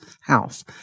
house